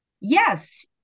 yes